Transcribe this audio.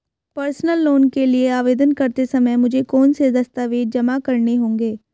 Personal loan के लिए आवेदन करते समय मुझे कौन से दस्तावेज़ जमा करने होंगे?